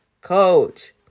coach